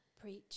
preach